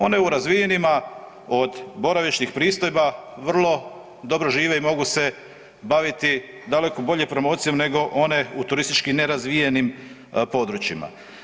One u razvijenima od boravišnih pristojba vrlo dobro žive i mogu se baviti daleko bolje promocijom nego one u turistički nerazvijenim područjima.